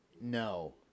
no